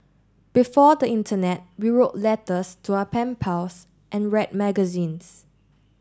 before the internet we wrote letters to our pen pals and read magazines